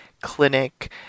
Clinic